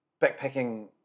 Backpacking